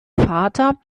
vater